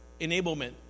enablement